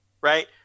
right